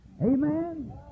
Amen